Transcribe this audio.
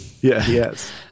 yes